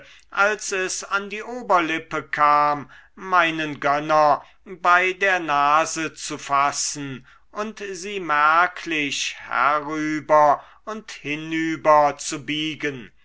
als es an die oberlippe kam meinen gönner bei der nase zu fassen und sie merklich herüber und hinüber zu biegen